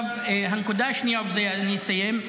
הנקודה השנייה, ובזה אני אסיים: